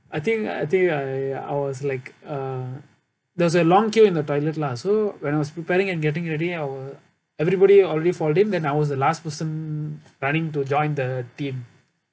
I think I think I I was like uh there's a long queue in the toilet lah so when I was preparing and getting ready our everybody already fall in then I was the last person running to join the team